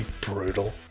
brutal